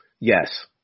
Yes